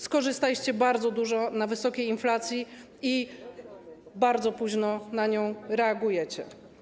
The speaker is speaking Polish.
Skorzystaliście bardzo dużo na wysokiej inflacji i bardzo późno na nią reagujecie.